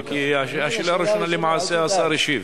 כי לגבי השאלה הראשונה השר השיב.